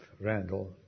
Randall